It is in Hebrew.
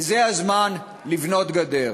וזה הזמן לבנות גדר.